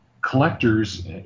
collectors